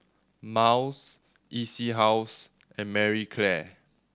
Miles E C House and Marie Claire